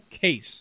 case